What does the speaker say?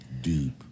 Deep